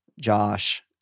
Josh